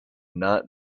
not